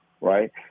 right